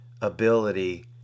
ability